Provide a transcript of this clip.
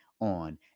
on